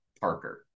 Parker